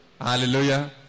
Hallelujah